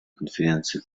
конференции